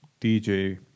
DJ